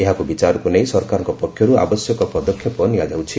ଏହାକୁ ବିଚାରକୁ ନେଇ ସରକାରଙ୍କ ପକ୍ଷରୁ ଆବଶ୍ୟକ ପଦକ୍ଷେପ ନିଆଯାଉଛି